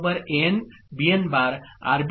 SB An